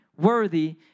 worthy